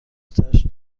آتش